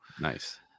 nice